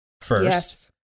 first